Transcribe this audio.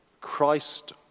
Christ